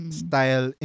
style